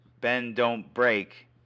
bend-don't-break